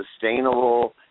sustainable